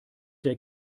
der